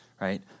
right